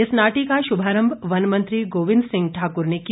इस नाटी का शुभारंभ वन मंत्री गोविंद सिंह ठाकुर ने किया